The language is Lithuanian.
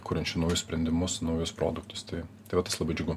kuriančių naujus sprendimus naujus produktus tai tai va tas labai džiugu